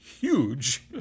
huge